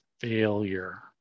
failure